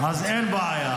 אז אין בעיה.